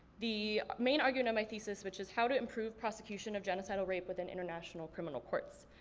the main argument on my thesis which is how to improve prosecution of genocidal rape within international criminal courts.